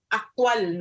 actual